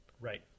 Right